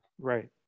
right